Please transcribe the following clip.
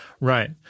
Right